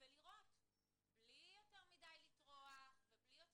לפתוח מצלמות ולראות בלי לטרוח יותר מדי ובלי יותר